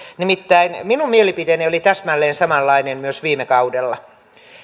nimittäin minun mielipiteeni oli täsmälleen samanlainen myös viime kaudella